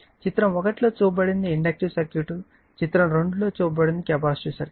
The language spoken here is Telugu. చిత్రం 1 లో చూపబడినది ఇండక్టివ్ సర్క్యూట్ మరియు చిత్రం 2 లో చూపబడినది కెపాసిటివ్ సర్క్యూట్